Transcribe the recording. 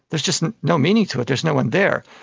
there's just no meaning to it, there's no one there.